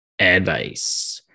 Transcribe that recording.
advice